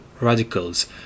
radicals